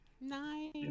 Nice